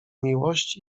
miłość